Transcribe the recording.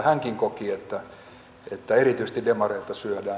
hänkin koki että erityisesti demareita syödään